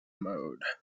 mode